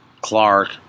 Clark